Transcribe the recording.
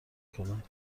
کند